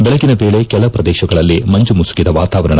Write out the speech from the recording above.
ಬೆಳಗಿನ ವೇಳೆ ಕೆಲ ಪ್ರದೇಶಗಳಲ್ಲಿ ಮಂಜು ಮುಸುಕಿದ ವಾತಾವರಣ